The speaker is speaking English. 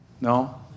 No